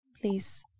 please